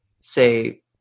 say